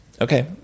Okay